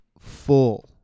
full